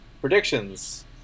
predictions